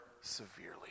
severely